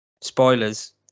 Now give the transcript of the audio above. spoilers